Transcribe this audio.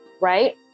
right